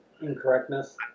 incorrectness